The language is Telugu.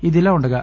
ఇదిలాఉండగా